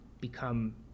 become